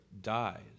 dies